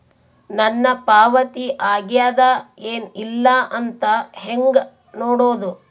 ನನ್ನ ಪಾವತಿ ಆಗ್ಯಾದ ಏನ್ ಇಲ್ಲ ಅಂತ ಹೆಂಗ ನೋಡುದು?